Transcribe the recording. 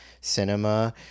cinema